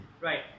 Right